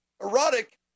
Erotic